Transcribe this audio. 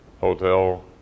hotel